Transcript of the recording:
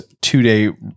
two-day